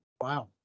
Wow